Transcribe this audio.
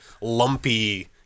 lumpy